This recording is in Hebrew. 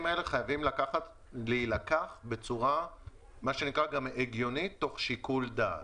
האלה חייבים להילקח בחשבון בצורה הגיונית תוך שיקול דעת.